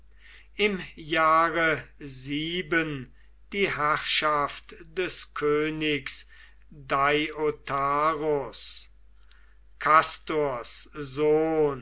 im jahre sieben die herrschaft des königs deiotarus kastors sohn